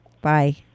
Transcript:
bye